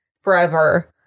forever